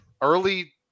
early